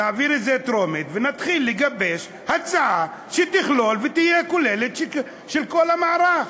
נעביר את זה בטרומית ונתחיל לגבש הצעה כוללת של כל המערך.